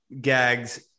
gags